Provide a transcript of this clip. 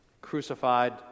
crucified